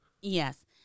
Yes